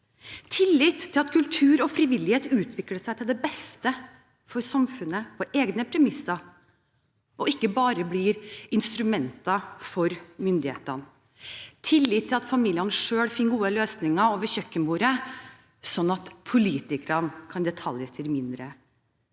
tillit til at kultur og frivillighet utvikler seg til det beste for samfunnet på egne premisser, og ikke bare blir instrumenter for myndighetene – tillit til at familiene selv finner gode løsninger over kjøkkenbordet, sånn at politikerne kan detaljstyre mindre